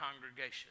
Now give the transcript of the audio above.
congregation